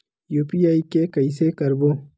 UPI के कइसे करबो?